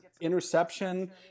interception